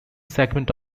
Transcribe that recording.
segment